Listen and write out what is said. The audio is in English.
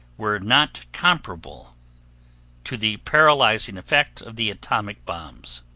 were not comparable to the paralyzing effect of the atomic bombs.